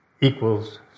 equals